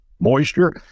moisture